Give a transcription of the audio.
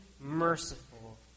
merciful